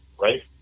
right